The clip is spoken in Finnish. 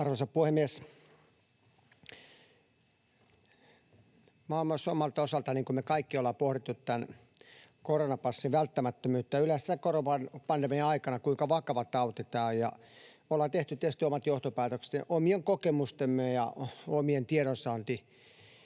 olen pohtinut omalta osaltani, niin kuin me kaikki olemme pohtineet, tämän koronapassin välttämättömyyttä ja yleensä tämän koronapandemian aikana sitä, kuinka vakava tauti tämä on, ja me olemme tehneet tietysti omat johtopäätöksemme omien kokemustemme ja omien tiedonsaantitaustojemme